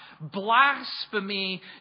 blasphemy